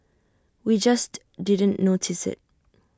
we just didn't notice IT